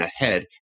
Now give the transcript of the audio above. ahead